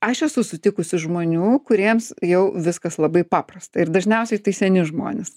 aš esu sutikusi žmonių kuriems jau viskas labai paprasta ir dažniausiai tai seni žmonės